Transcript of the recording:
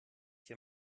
hier